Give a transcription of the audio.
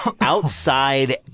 outside